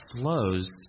flows